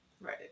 Right